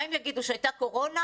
מה הם יגידו, שהייתה אז קורונה